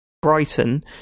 brighton